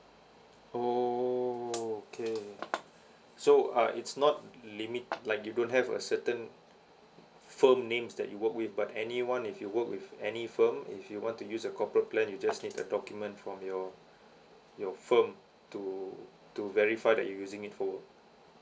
oh okay so uh it's not limit like you don't have a certain firm names that you work with but anyone if you work with any firm if you want to use a corporate plan you just need a document from your your firm to to verify that you using it for work